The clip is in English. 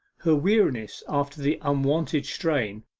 her weariness after the unwonted strain,